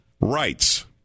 rights